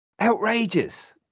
Outrageous